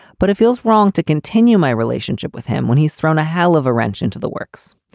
but it feels wrong to continue my relationship with him when he's thrown a hell of a wrench into the works.